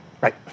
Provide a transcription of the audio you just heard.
Right